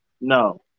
No